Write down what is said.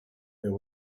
there